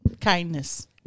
kindness